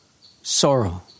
sorrow